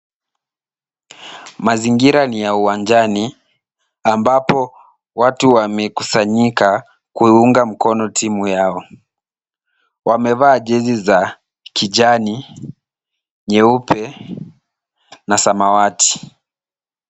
Mazingira ni ya uwanjani, ambapo watu wamekusanyika kuiunga mikono timu yao. Wamevaa jezi za kijani, nyeupe na samawati.